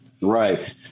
Right